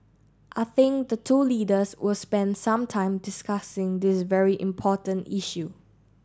I think the two leaders will spend some time discussing this very important issue